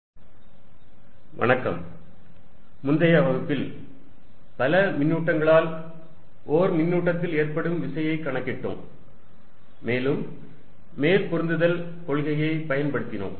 மின்னூட்டங்கள் பகிர்வு காரணமாக ஏற்படும் விசை முந்தைய வகுப்பில் பல மின்னூட்டங்களால் ஓர் மின்னூட்டத்தில் ஏற்படும் விசையை கணக்கிட்டோம் மேலும் மேற்பொருந்துதல் கொள்கையைப் பயன்படுத்தினோம்